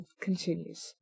continues